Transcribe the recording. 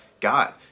God